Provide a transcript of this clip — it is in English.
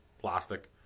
plastic